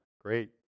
great